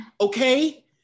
okay